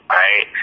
right